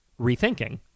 rethinking